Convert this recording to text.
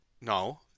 No